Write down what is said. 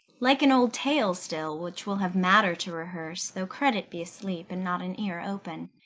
like an old tale still, which will have matter to rehearse, though credit be asleep and not an ear open.